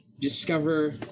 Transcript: discover